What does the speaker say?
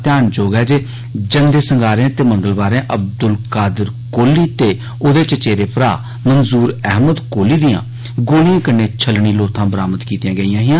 ध्यानजोग ऐ जे जंदे संगारे ते मंगलवारें अब्दुल कादिर कोहली ते ओहदे चवेरे भ्रा मंजूर अहमद कोहली दियां गोलिएं कन्नै छलनी लोथां बरामद कीतियां गेइयां हियां